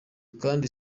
kandi